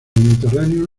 mediterráneo